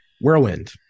whirlwind